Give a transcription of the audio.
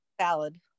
salad